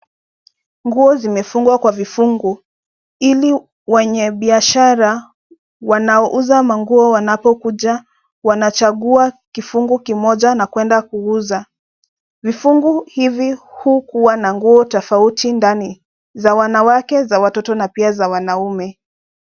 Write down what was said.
Nguo zimefungwa kwa vifungu, ili wenye biashara wanaouza manguo wanapokuja wanachagua kifungu kimoja na kwenda kuuza. Vifungu hivi hukuwa na nguo tofauti ndani, za wanawake za watoto na pia za wanaume.